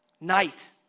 Night